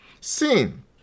Sin